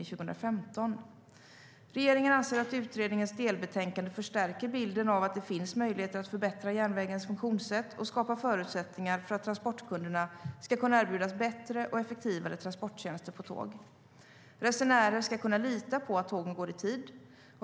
Regeringen anser att utredningens delbetänkande förstärker bilden av att det finns möjligheter att förbättra järnvägens funktionssätt och skapa förutsättningar för att transportkunderna ska kunna erbjudas bättre och effektivare transporttjänster med tåg. Resenärer ska kunna lita på att tågen går i tid.